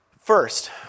First